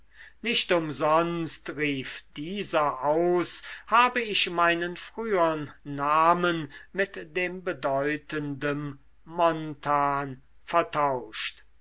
nicht umsonst rief dieser aus habe ich meinen frühern namen mit dem bedeutendern montan vertauscht